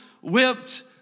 whipped